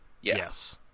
Yes